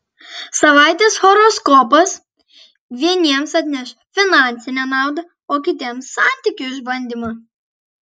savaitės horoskopas vieniems atneš finansinę naudą o kitiems santykių išbandymą